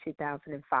2005